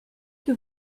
que